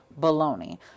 baloney